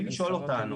בלי לשאול אותנו,